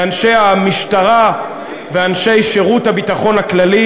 באנשי המשטרה ואנשי שירות הביטחון הכללי,